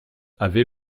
avait